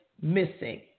missing